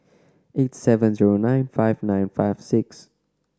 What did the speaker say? eight seven zero nine five nine five six